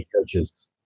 coaches